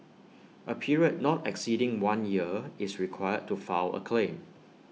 A period not exceeding one year is required to file A claim